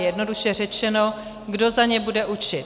Jednoduše řečeno, kdo za ně bude učit.